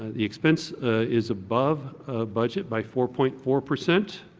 the expense is above budget by four point four percent.